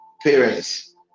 Parents